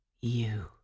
You